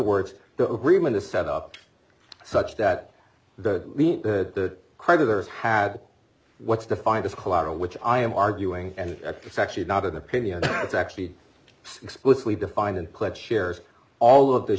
words the agreement is set up such that the meet the creditors had what's defined as collateral which i am arguing and it's actually not an opinion it's actually explicitly defined and click shares all of th